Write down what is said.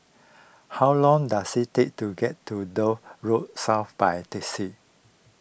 how long does it take to get to Dock Road South by taxi